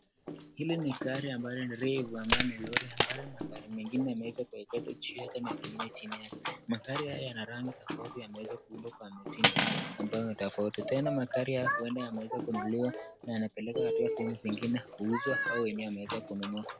Hili ni gari ambayo ni refu ambayo ni lori, ambalo magari mengine yameweza kuegeshwa juu yake na zingine chini yake. Magari haya yana rangi tofauti yameweza kuundwa kwa mitindo ambayo ni tofauti. Tena magari haya huenda yanaweza kununuliwa na yanapelekwa sehemu zingine kuuzwa kwa wenye wanaweza kununua.